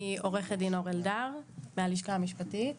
אני מהלשכה המשפטית.